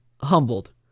humbled